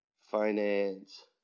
Finance